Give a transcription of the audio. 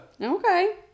Okay